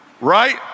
right